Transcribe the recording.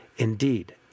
Indeed